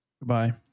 Goodbye